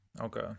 okay